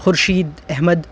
Khurshid Ahmad